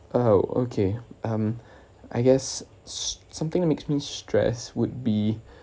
oh okay um I guess something that makes me stressed would be